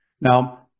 Now